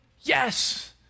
yes